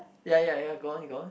ya ya ya go on go on